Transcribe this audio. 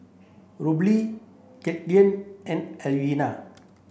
Robley Katlyn and Alvira